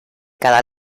cada